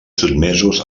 sotmesos